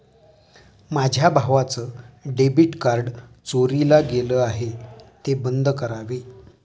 माझ्या भावाचं debit card चोरीला गेलं आहे, ते बंद करावे